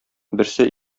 берсе